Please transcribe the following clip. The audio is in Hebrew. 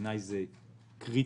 שהוא קריטי,